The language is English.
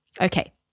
Okay